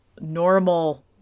normal